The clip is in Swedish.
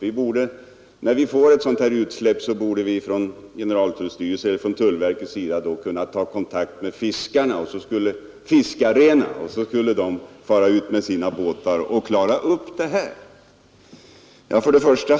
När man har konstaterat ett oljeutsläpp borde tullverket kunna ta kontakt med fiskarna, som då kan fara ut med sina båtar och klara upp hela situationen, säger herr Torwald.